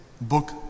book